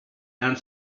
and